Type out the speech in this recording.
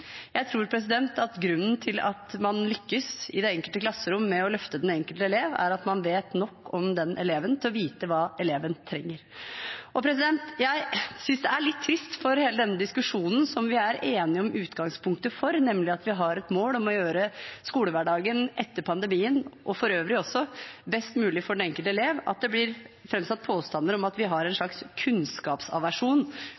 enkelte klasserom med å løfte den enkelte elev, er at man vet nok om den eleven til å vite hva eleven trenger. Jeg synes det er litt trist for hele denne diskusjonens – som vi er enige om utgangspunktet for, nemlig at vi har et mål om å gjøre skolehverdagen etter pandemien, og for øvrig også, best mulig for den enkelte elev – at det blir framsatt påstander om at vi har en